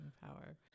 power